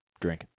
Drink